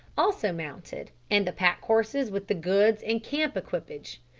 also mounted, and the pack-horses with the goods and camp equipage.